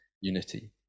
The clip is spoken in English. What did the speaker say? unity